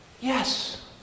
yes